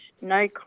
no